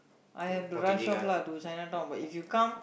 I have to rush off lah to Chinatown but if you come